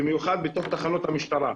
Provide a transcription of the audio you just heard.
במיוחד באותן תחנות משטרה.